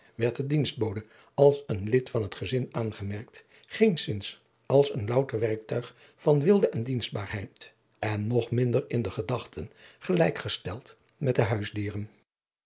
werd de dienstbode als een lid van het gezin aangemerkt geenszins als een louter werktuig van weelde en dienstbaarheid en nog minder in de gedachten gelijk gesteld met de huisdieren